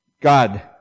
God